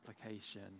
application